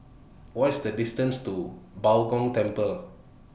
What IS The distance to Bao Gong Temple